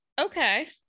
okay